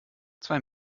zwei